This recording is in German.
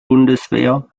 bundeswehr